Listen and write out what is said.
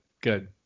Good